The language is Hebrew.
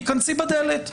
תיכנסי בדלת.